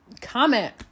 comment